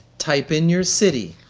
type in your city.